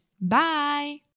Bye